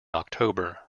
october